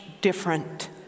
different